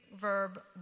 verb